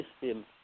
system